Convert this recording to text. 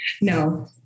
No